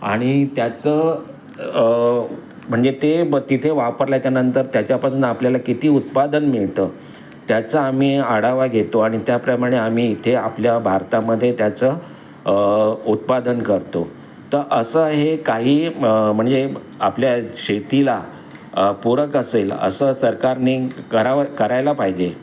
आणि त्याचं म्हणजे ते तिथे वापरल्याच्यानंतर त्याच्यापासून आपल्याला किती उत्पादन मिळतं त्याचा आम्ही आढावा घेतो आणि त्याप्रमाणे आम्ही इथे आपल्या भारतामध्ये त्याचं उत्पादन करतो तर असं हे काही म्हणजे आपल्या शेतीला पूरक असेल असं सरकारने करावं करायला पाहिजे